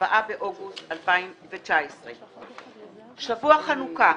4 באוגוסט 2019. בשבוע חנוכה,